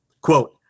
quote